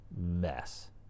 mess